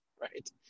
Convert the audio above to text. right